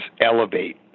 elevate